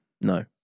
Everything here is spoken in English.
no